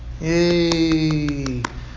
Yay